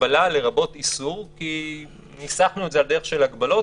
"הגבלה לרבות איסור" כי ניסחנו את זה על דרך של הגבלות,